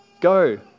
go